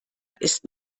ist